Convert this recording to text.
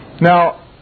Now